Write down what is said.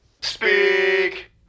Speak